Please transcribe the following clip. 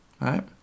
Right